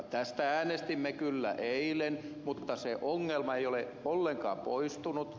tästä äänestimme kyllä eilen mutta se ongelma ei ole ollenkaan poistunut